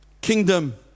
kingdom